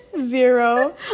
zero